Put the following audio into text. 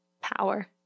Power